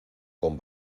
con